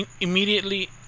immediately